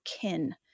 kin